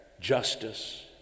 justice